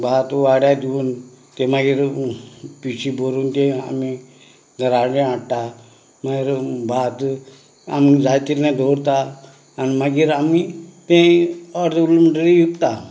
भात वाऱ्या दिवन तें मागीर पिशवी भरून तें आमी घराडे हाडटा मार भात आम जाय तितलें दवरता आनी मागीर आमी तें अर्द उरून म्हणटरी इकता